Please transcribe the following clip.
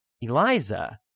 Eliza